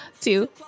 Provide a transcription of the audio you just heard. two